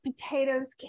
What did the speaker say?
potatoes